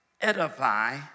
edify